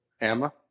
Emma